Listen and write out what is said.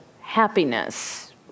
happiness